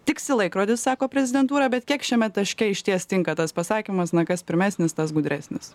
tiksi laikrodis sako prezidentūra bet kiek šiame taške išties tinka tas pasakymas na kas pirmesnis tas gudresnis